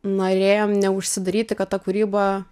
norėjom neužsidaryti kad ta kūryba